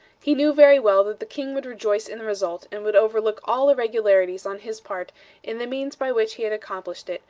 he knew very well that the king would rejoice in the result, and would overlook all irregularities on his part in the means by which he had accomplished it,